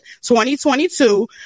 2022